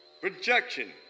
Projection